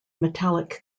metallic